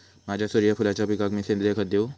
माझ्या सूर्यफुलाच्या पिकाक मी सेंद्रिय खत देवू?